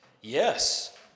Yes